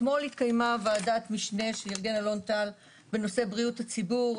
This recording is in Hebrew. אתמול התקיימה ועדת משנה שארגון אלון טל בנושא בריאות הציבור,